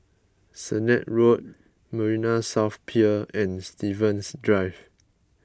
Sennett Road Marina South Pier and Stevens Drive